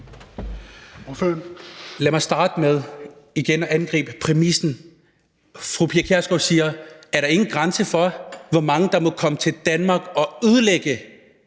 Lad mig starte med igen at angribe præmissen. Fru Pia Kjærsgaard spørger: Er der ingen grænser for, hvor mange der må komme til Danmark og ødelægge